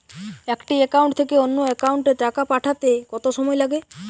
একটি একাউন্ট থেকে অন্য একাউন্টে টাকা পাঠাতে কত সময় লাগে?